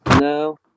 No